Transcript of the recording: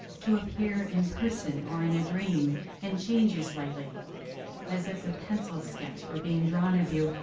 to appear in person or in a dream and change you slightly as if a pencil sketch were being drawn of you,